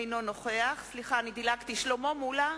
אינו נוכח סליחה, דילגתי: שלמה מולה,